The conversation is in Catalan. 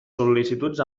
sol·licituds